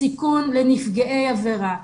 הסיכון לנפגעי עבירה,